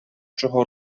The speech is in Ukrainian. чого